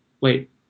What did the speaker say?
wait